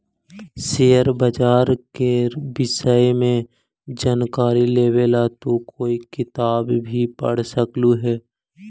share बाजार के विष्य में जानकारी लेवे ला तू कोई किताब भी पढ़ सकलू हे